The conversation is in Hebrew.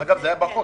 אגב, זה היה בחוק.